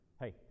Hey